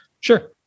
Sure